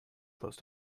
close